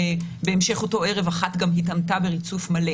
ובהמשך אותו ערב אחת גם התעמתה בריצוף מלא.